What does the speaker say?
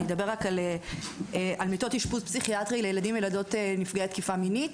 אני אדבר רק על מיטות אשפוז פסיכיאטרי לילדים וילדות נפגעי תקיפה מינית.